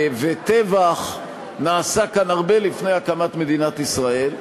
וטבח נעשה כאן הרבה לפני הקמת מדינת ישראל,